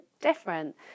different